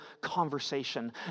conversation